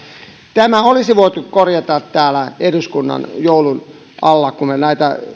tämä olisi voitu korjata täällä eduskunnassa joulun alla kun me näitä